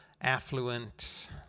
affluent